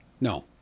No